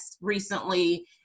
recently